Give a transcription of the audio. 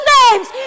names